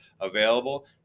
available